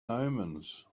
omens